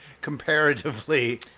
comparatively